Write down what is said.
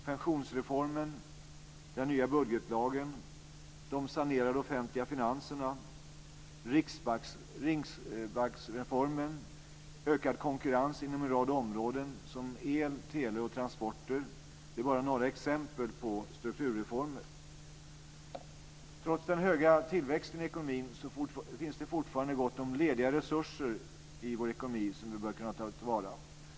Pensionsreformen, den nya budgetlagen, de sanerade offentliga finanserna, riksbanksreformen, ökad konkurrens inom en rad områden som el, tele och transporter är bara några exempel på strukturreformer. Trots den höga tillväxten i ekonomin finns det fortfarande gott om lediga resurser i vår ekonomi, som vi bör kunna ta till vara.